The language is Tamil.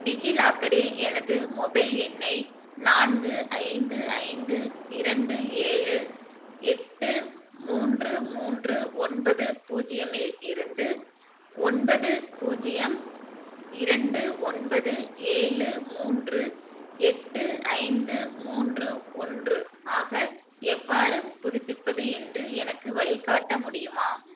டிஜிலாக்கரில் எனது மொபைல் எண்ணை நான்கு ஐந்து ஐந்து இரண்டு ஏழு எட்டு மூன்று மூன்று ஒன்பது பூஜ்ஜியம் இல் இருந்து ஒன்பது பூஜ்ஜியம் இரண்டு ஒன்பது ஏழு மூன்று எட்டு ஐந்து மூன்று ஒன்று ஆக எவ்வாறு புதுப்பிப்பது என்று எனக்கு வழிக்காட்ட முடியுமா